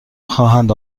خواهند